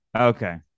Okay